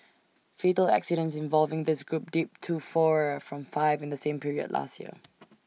fatal accidents involving this group dipped to four from five in the same period last year